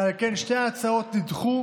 ועל כן שתי ההצעות נדחו,